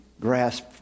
grasp